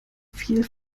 fiel